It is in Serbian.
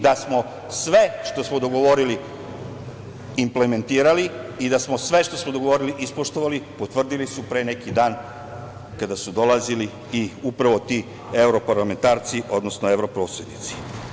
Da smo sve što smo dogovorili implementirali i da smo sve što smo dogovorili ispoštovali, potvrdili su pre neki dan kada su dolazili i upravo ti evroparlamentarci, odnosno evroposredinci.